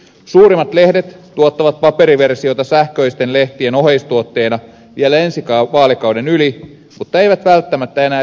suurimmat lehdet tuottavat paperiversioita sähköisten lehtien oheistuotteena vielä ensi vaalikauden yli mutta eivät välttämättä enää seuraavaa vaalikautta